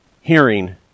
hearing